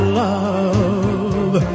love